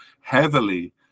heavily